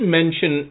mention